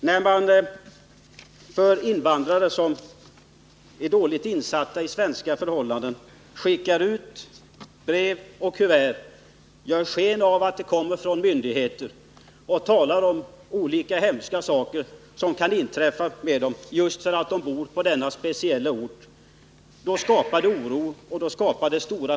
När man till invandrare som är dåligt insatta i svenska förhållanden skickar ut brev med kuvert som ger sken av att komma från myndigheter och i informationen talar om olika hemska saker som kan hända dem just därför att de bor på den speciella orten, då skapar det oro hos dessa människor.